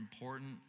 important